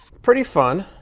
pretty fun.